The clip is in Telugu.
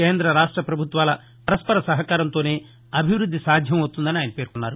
కేంద రాష్ట ప్రభుత్వాల పరస్పర సహకారంతోనే అభివృద్ది సాధ్యం అవుతుందని ఆయన పేర్కొన్నారు